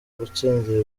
gutsindira